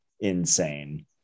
insane